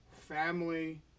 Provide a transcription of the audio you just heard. family